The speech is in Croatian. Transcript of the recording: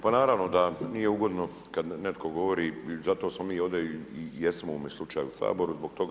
Pa naravno da nije ugodno kada netko govori, pa zato smo mi ovdje i jesmo u ovom slučaju u Saboru zbog toga.